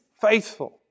faithful